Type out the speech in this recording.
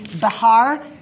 Bahar